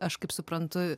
aš kaip suprantu